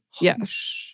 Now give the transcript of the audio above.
yes